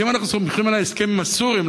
אז אם אנחנו סומכים על ההסכם עם הסורים,